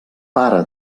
pare